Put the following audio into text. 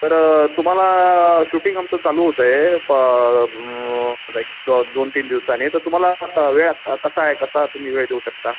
तर तुम्हाला शूटिंग आमचं चालू होतं आहे प लाईक दोनतीन दिवसाने तर तुम्हाला वेळ कसा आहे कसा तुम्ही वेळ देऊ शकता